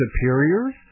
superiors